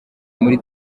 muri